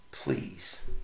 Please